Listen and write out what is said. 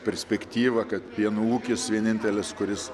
perspektyva kad pieno ūkis vienintelis kuris